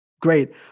great